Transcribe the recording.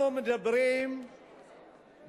אנחנו מדברים בסטודנטים